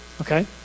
Okay